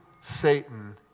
Satan